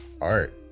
art